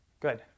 good